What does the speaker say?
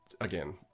again